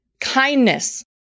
Kindness